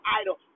idol